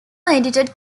edited